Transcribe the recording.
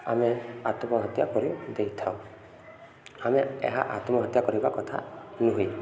ଆମେ ଆତ୍ମହତ୍ୟା କରି ଦେଇଥାଉ ଆମେ ଏହା ଆତ୍ମହତ୍ୟା କରିବା କଥା ନୁହେଁ